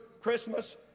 Christmas